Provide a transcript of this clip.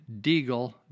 Deagle